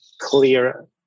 clear